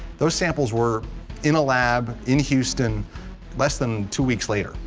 those samples were in a lab in houston less than two weeks later,